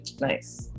nice